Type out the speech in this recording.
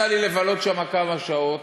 יצא לי לבלות שם כמה שעות,